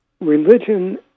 religion